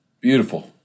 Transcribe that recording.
Beautiful